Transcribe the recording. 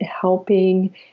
helping